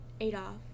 Adolf